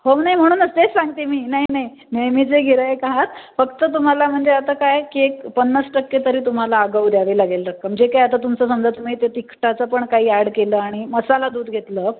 हो नाही म्हणूनच तेच सांगते आहे मी नाही नाही नेहमीचे गिऱ्हाईक आहात फक्त तुम्हाला म्हणजे आता काय आहे की एक पन्नास टक्के तरी तुम्हाला आगाऊ द्यावी लागेल रक्कम जे काही आता तुमचं समजा तुम्ही ते तिखटाचं पण काही ॲड केलं आणि मसाला दूध घेतलं